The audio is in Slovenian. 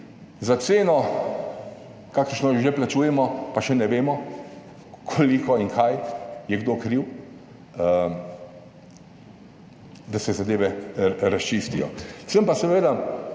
za ceno, kakršno že plačujemo, pa še ne vemo, koliko in kaj je kdo kriv, da se zadeve razčistijo. Sem pa seveda